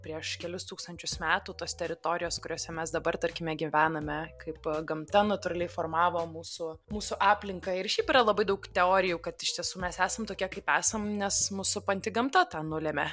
prieš kelis tūkstančius metų tos teritorijos kuriose mes dabar tarkime gyvename kaip gamta natūraliai formavo mūsų mūsų aplinką ir šiaip yra labai daug teorijų kad iš tiesų mes esam tokie kaip esam nes mus supanti gamta tą nulėmė